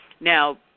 Now